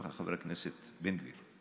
אז אני אומר לך, חבר הכנסת בן גביר,